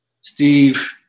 Steve